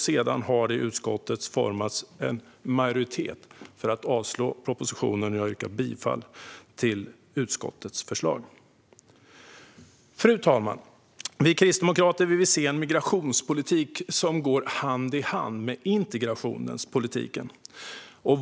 Sedan har det i utskottet formats en majoritet för att avslå propositionen, och jag yrkar bifall till utskottets förslag. Fru talman! Vi kristdemokrater vill se en migrationspolitik som går hand i hand med integrationspolitiken.